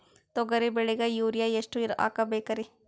ತೊಗರಿ ಬೆಳಿಗ ಯೂರಿಯಎಷ್ಟು ಹಾಕಬೇಕರಿ?